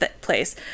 place